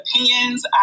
opinions